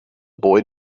boy